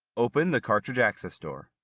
open the cartridge access door.